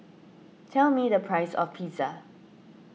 tell me the price of Pizza